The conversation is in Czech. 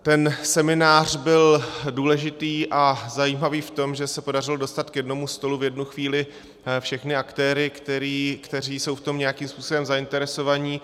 Ten seminář byl důležitý a zajímavý v tom, že se podařilo dostat k jednomu stolu v jednu chvíli všechny aktéry, kteří jsou v tom nějakým způsobem zainteresovaní.